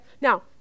Now